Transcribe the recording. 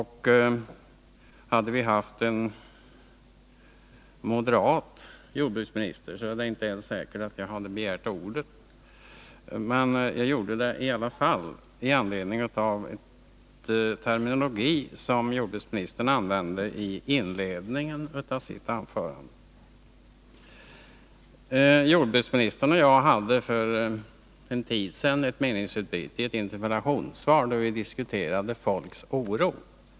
Hade vi haft en moderat jordbruksminister, är det inte ens säkert att jag hade begärt ordet, men nu gjorde jag det i anledning av den terminologi som jordbruksministern använde i inledningen av sitt anförande. Jordbruksministern och jag hade för en tid sedan ett meningsutbyte då vi i interpellationsdebatt diskuterade folks oro.